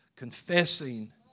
confessing